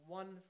one